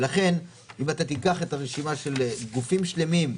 לכן אם אתה תיקח את הרשימה של גופים שלמים,